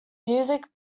music